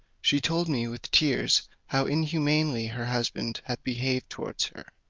she told me with tears how inhumanly her husband had behaved towards her.